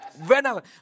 Whenever